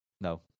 no